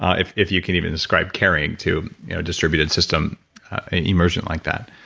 ah if if you can even describe caring to distributed system immersion like that.